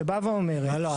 שבאה ואומרת --- לא,